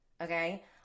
Okay